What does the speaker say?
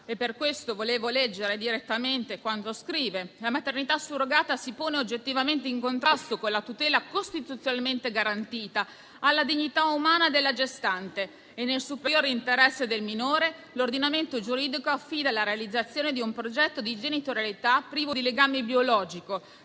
per questo volevo leggere direttamente quanto scrive: «La maternità surrogata si pone oggettivamente in contrasto con la tutela costituzionalmente garantita alla dignità umana della gestante». E ancora: «nel superiore interesse del minore, l'ordinamento giuridico affida la realizzazione di un progetto di genitorialità privo di legame biologico